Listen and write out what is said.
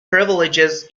privileges